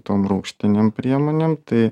tom rūgštinėm priemonėm tai